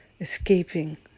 escaping